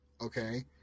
okay